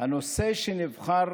הנושא שנבחר